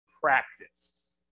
practice